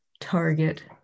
Target